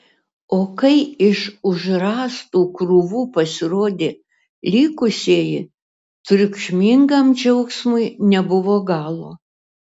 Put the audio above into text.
o kai iš už rąstų krūvų pasirodė likusieji triukšmingam džiaugsmui nebuvo galo